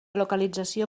localització